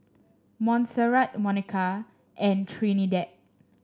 Montserrat Monika and Trinidad